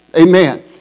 Amen